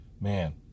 man